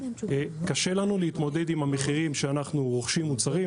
קשה לנו להתמודד עם המחירים כשאנחנו רוכשים מוצרים.